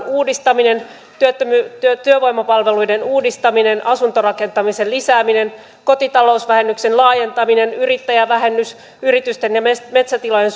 uudistaminen työvoimapalveluiden uudistaminen asuntorakentamisen lisääminen kotitalousvähennyksen laajentaminen yrittäjävähennys yritysten ja metsätilojen